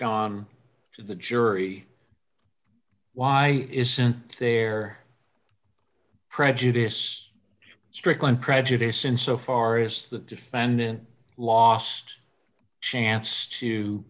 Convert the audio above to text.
gone to the jury why isn't there prejudice strickland prejudice in so far as the defendant last chance to